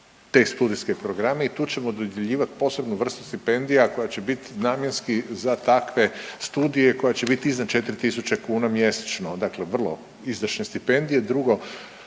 te studijske programe i tu ćemo dodjeljivat posebnu vrstu stipendija koja će bit namjenski za takve studije, koja će biti iznad 4 tisuće kuna mjesečno, dakle vrlo izdašne stipendije.